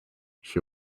she